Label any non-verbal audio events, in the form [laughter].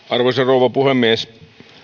[unintelligible] arvoisa rouva puhemies